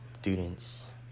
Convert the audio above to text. students